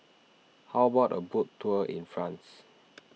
how about a boat tour in France